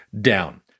down